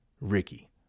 Ricky